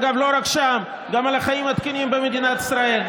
אגב, לא רק שם, גם על החיים התקינים במדינת ישראל.